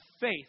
faith